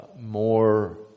more